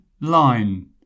line